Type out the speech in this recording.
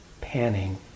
panning